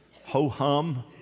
ho-hum